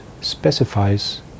specifies